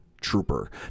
trooper